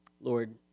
Lord